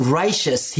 righteous